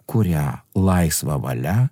kurią laisva valia